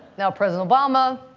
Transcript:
now, president obama,